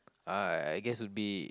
alright I guess would be